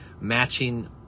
matching